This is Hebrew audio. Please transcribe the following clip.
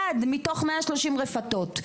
אחד מתוך 130 רפתות.